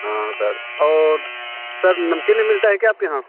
हाँ सर और सर नमकीन भी मिलता है क्या आपके यहाँ